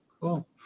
cool